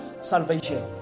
salvation